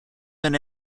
than